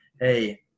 Hey